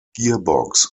gearbox